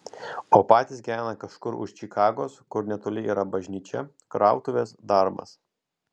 o patys gyvena kažkur už čikagos kur netoli yra bažnyčia krautuvės darbas